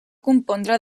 compondre